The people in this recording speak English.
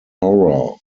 horror